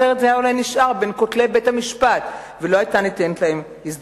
אחרת זה היה אולי נשאר בין כותלי בית-המשפט ולא היתה ניתנת הזדמנות.